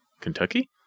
Kentucky